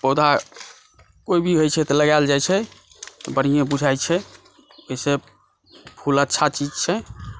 पौधा कोई भी होइ छै तऽ लगायल जाइ छै बढ़िए बुझाइ छै वैसे फुल अच्छा चीज छै